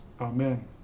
Amen